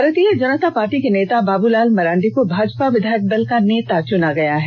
भारतीय जनता पार्टी के नेता बाबूलाल मरांडी को भाजपा विधायक दल का नेता चुना गया है